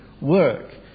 work